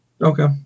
Okay